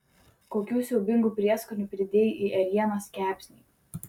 kokių siaubingų prieskonių pridėjai į ėrienos kepsnį